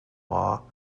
law